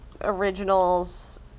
originals